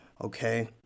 okay